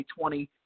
2020